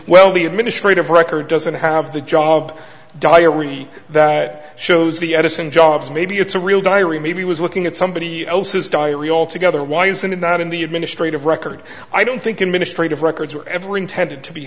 well the administrative record doesn't have the job diary that shows the edison jobs maybe it's a real diary maybe was looking at somebody else's diary all together why isn't it not in the administrative record i don't think in ministry of records were ever intended to be